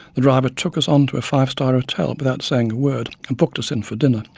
the driver took us on to a five-star hotel without saying a word, and booked us in for dinner,